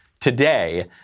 today